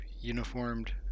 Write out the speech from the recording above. uniformed